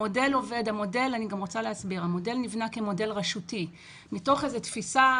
המודל נבנה כמודל רשותי מתוך איזה תפיסה,